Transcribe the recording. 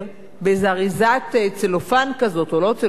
אריזת צלופן כזאת, או לא צלופן, איך זה נקרא שם?